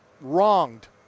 wronged